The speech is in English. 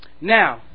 Now